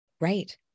Right